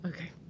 Okay